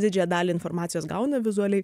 didžiąją dalį informacijos gauna vizualiai